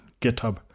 GitHub